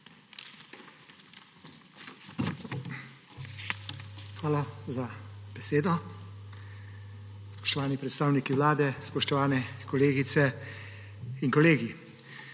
Hvala za besedo. Spoštovani predstavniki vlade, spoštovane kolegice in kolegi!